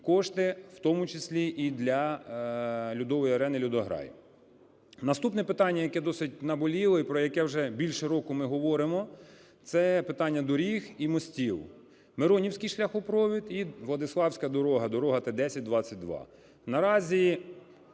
кошти, в тому числі, і для льодової арени "Льодограй". Наступне питання, яке досить наболіло і про яке вже більше року ми говоримо, це питання доріг і мостів: Миронівський шляхопровід і Владиславська дорога – дорога Т1022. Наразі